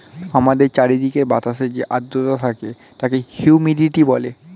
আমাদের চারিদিকের বাতাসে যে আর্দ্রতা থাকে তাকে হিউমিডিটি বলে